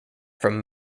from